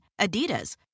Adidas